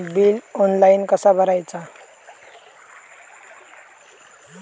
Bill online कसा भरायचा?